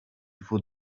faut